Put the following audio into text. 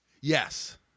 Yes